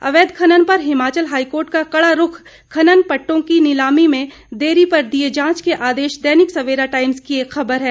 अवैध खनन पर हिमाचल हाईकोर्ट का कड़ा रूख खनन पट्टों की नीलामी में देरी पर दिए जांच के आदेश दैनिक सवेरा टाइम्स की एक खबर है